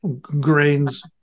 grains